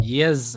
yes